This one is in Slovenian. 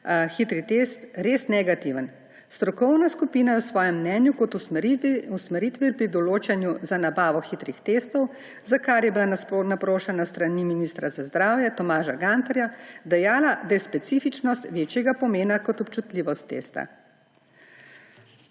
hitri test res negativen. Strokovna skupina je v svojem mnenju kot usmeritvi pri določanju za nabavo hitrih testov, za kar je bila naprošena s strani ministra za zdravje Tomaža Gantarja, dejala, da je specifičnost večjega pomena kot občutljivost testa.